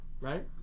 Right